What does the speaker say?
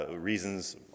reasons